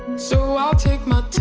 so i'll take my